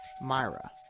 Myra